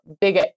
big